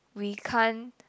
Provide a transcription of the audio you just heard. we can't